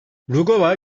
rugova